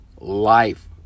life